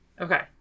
okay